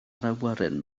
awyren